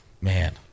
man